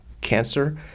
cancer